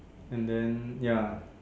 and then ya